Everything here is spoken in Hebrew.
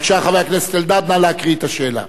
בבקשה, חבר הכנסת אלדד, נא להקריא את השאלה.